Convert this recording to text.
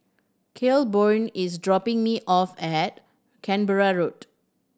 Claiborne is dropping me off at Canberra Road